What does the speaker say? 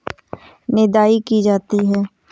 निदाई की जाती है?